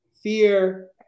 fear